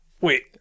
Wait